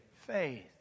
faith